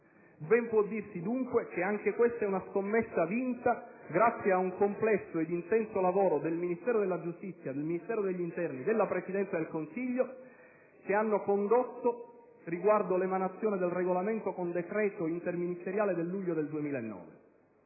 Ben può dirsi, dunque, che anche questa è una scommessa vinta, grazie a un complesso e intenso lavoro del Ministero della giustizia, del Ministero dell'interno, della Presidenza del Consiglio, che ha condotto all'emanazione del regolamento con decreto interministeriale del luglio 2009.